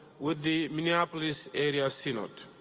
with the minneapolis area synod.